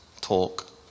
talk